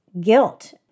guilt